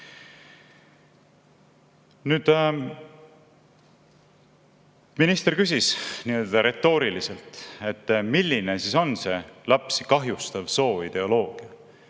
Nüüd, minister küsis nii-öelda retooriliselt, et milline siis on see lapsi kahjustav sooideoloogia.